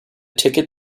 tickets